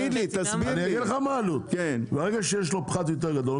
ברגע שיש לו פחת יותר גדול,